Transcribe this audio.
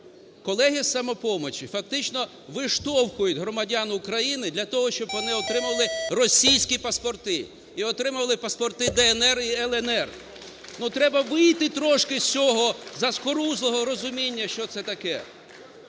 колеги з "Самопомочі" фактично виштовхують громадян України для того, щоб вони отримували російські паспорти. І отримували паспорти "ДНР" і "ЛНР". Треба вийти трошки з цього заскорузлого розуміння, що це таке.